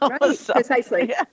precisely